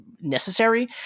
necessary